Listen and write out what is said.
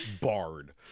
Bard